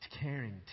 caring